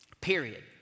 period